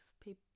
people